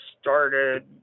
started